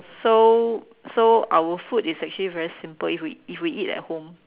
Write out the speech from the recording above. so so our food is actually very simple if we if we eat at home